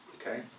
Okay